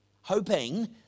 hoping